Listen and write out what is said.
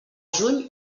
juny